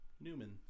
Newman